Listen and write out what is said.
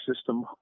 system